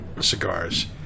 cigars